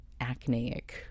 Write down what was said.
acneic